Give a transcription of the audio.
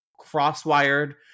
crosswired